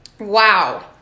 Wow